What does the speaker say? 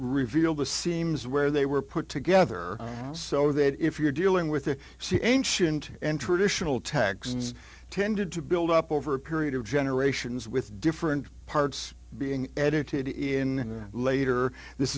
reveal the seams where they were put together so that if you're dealing with the c ancient and traditional texts tended to build up over a period of generations with different parts being edited in later this